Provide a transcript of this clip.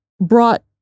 brought